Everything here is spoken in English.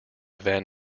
van